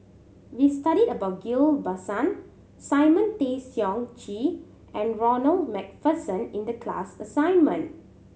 we studied about Ghillie Basan Simon Tay Seong Chee and Ronald Macpherson in the class assignment